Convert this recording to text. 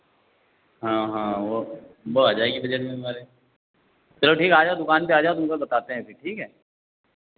हाँ हाँ वो वो आ जाएगी बजट में हमारे चलो ठीक है आ जाओ दुकान पे आ जाओ तुमको बताते हैं फिर ठीक है